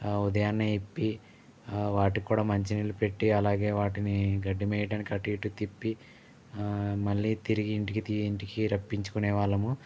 ఉదయాన్నే విప్పి వాటికిక్కూడా మంచి నీళ్లు పెట్టి అలాగే వాటిని గడ్డి మేయటానికి అటూ ఇటూ తిప్పి మళ్ళీ తిరిగి ఇంటికి ఇంటికి రప్పించుకొనేవాళ్ళము